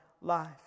life